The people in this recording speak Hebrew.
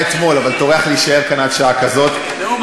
סיימת את הבגרויות שלך, אז בואי,